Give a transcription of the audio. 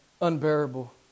unbearable